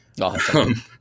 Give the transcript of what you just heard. Awesome